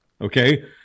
okay